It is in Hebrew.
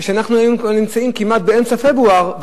כשאנחנו היום נמצאים כבר כמעט באמצע פברואר,